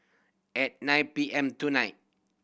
at nine P M tonight